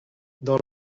dans